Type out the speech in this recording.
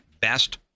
best